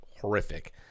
horrific